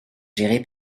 gérée